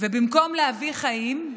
ובמקום להביא חיים,